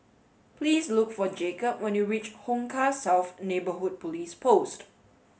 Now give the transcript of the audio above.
please look for Jacob when you reach Hong Kah South Neighbourhood Police Post